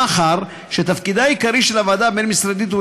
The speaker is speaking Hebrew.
מאחר שתפקידה העיקרי של הוועדה הבין-משרדית הוא